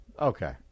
Okay